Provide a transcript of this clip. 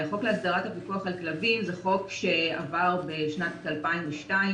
החוק להסדרת הפיקוח על כלבים זה חוק שעבר בשנת 2002,